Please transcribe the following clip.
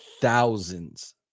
thousands